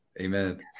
Amen